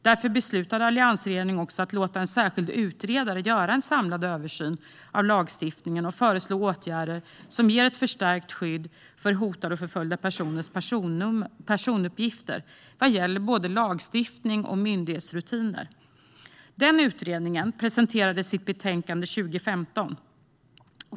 Därför beslutade alliansregeringen också att låta en särskild utredare göra en samlad översyn av lagstiftningen och föreslå åtgärder som ger ett förstärkt skydd för hotade och förföljda personers personuppgifter vad gäller både lagstiftning och myndighetsrutiner. Utredningen presenterade sitt betänkande 2015.